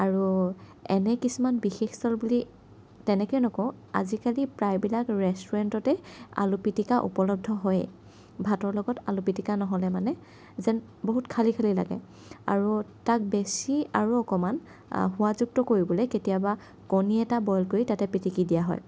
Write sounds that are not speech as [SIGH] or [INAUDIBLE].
আৰু এনে কিছুমান বিশেষ [UNINTELLIGIBLE] বুলি তেনেকৈ নকওঁ আজিকালি প্ৰায়বিলাক ৰেষ্টুৰেণ্টতে আলু পিটিকা উপলব্ধ হয়েই ভাতৰ লগত আলুপিটিকা নহ'লে মানে যেন বহুত খালী খালী লাগে আৰু তাক বেছি আৰু অকণমান সোৱাদযুক্ত কৰিবলৈ কেতিয়াবা কণী এটা বইল কৰি তাতে পিটিকি দিয়া হয়